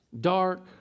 dark